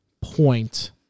point